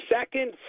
second